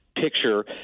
picture